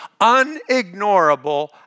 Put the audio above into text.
unignorable